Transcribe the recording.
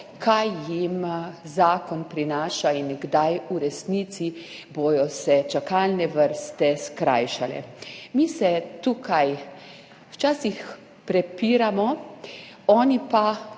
kaj jim zakon prinaša in kdaj v resnici se bodo čakalne vrste skrajšale. Mi se tukaj včasih prepiramo, oni pa